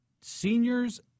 seniors